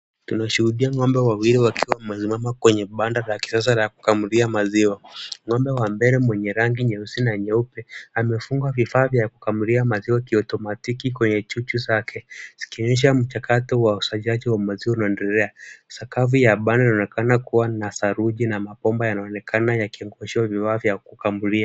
Tunashuhudia ng'ombe wawili wakiwa wamesimama kwenye banda la kisasa la kukamulia maziwa.Ng'ombe wa mbele mwenye rangi nyeusi na nyeupe amefungwa vifaa vya kukamulia maziwa kiautomatiki kwenye chuchu zake zikionyesha mchakato wa usakaji wa maziwa unaoendelea. Sakafu la banda linaonekana kuwa na saruji na mabomba yanaonekana yakiangushiwa vifaa vya kukamulia.